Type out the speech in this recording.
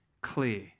clear